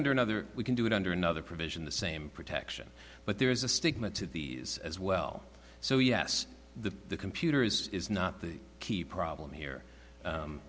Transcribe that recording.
under another we can do it under another provision the same protection but there is a stigma to these as well so yes the computer is is not the key problem here